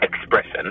expression